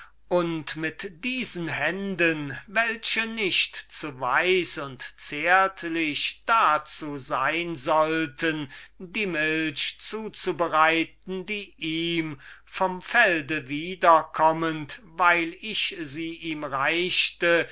und mit diesen händen welche nicht zu weiß und zärtlich dazu sein sollten die milch zuzubereiten die ihm vom felde wiederkommend weil ich sie ihm reichte